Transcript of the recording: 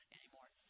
anymore